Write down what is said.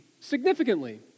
significantly